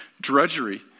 drudgery